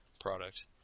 product